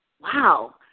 wow